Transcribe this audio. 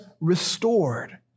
restored